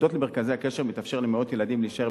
הודות למרכזי הקשר מתאפשר למאות ילדים להישאר